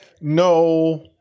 no